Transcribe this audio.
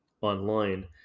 online